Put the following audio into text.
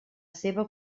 seva